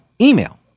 email